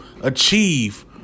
achieve